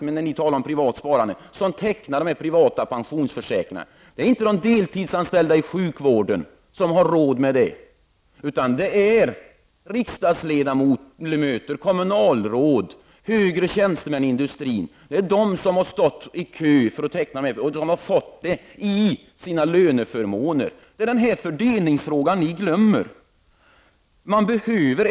Vilka grupper i samhället är det som tecknar de privata pensionsförsäkringarna? Det är inte de deltidsanställda i sjukvården som har råd med det, utan det är riksdagsledamöter, kommunalråd och högre tjänstemän i industrin som har stått i kö för att teckna dem, och en del har fått dem i sina löneförmåner. Det är en fördelningsfråga som ni glömmer att redovisa.